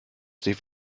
sich